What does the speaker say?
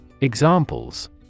Examples